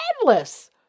endless